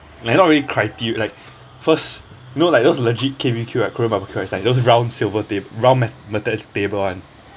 like not really criteria like first know like those legit K_B_B_Q like korean barbecue is like those round silver table round metallic table one